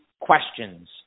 questions